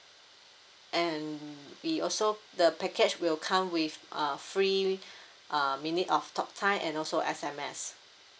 and we also the package will come with uh free uh minute of talk time and also S_M_S